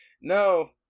No